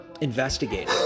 investigating